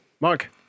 Mark